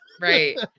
Right